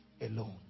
alone